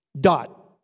Dot